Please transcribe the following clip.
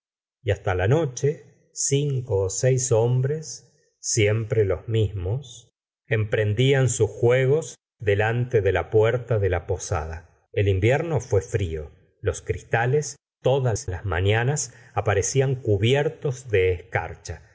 y hasta la noche cinco seis hombres siempre los mismos emprendían sus juegos delante de la puerta de la posada el invierno fué frío los cristales todas las mañanas aparecían cubiertos de escarcha